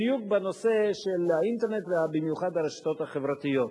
בדיוק בנושא של האינטרנט ובמיוחד הרשתות החברתיות.